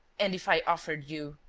and, if i offered you?